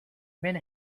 men